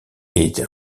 est